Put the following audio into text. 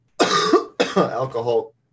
alcohol